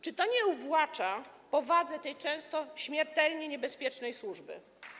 Czy to nie uwłacza powadze tej często śmiertelnie niebezpiecznej służby?